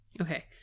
okay